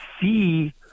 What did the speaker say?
see